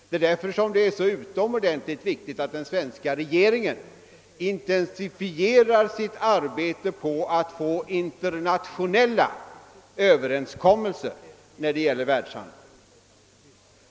Därför är det utomordentligt viktigt att den svenska regeringen intensifierar sitt arbete på att träffa internationella överenskommelser om världshandeln.